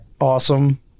awesome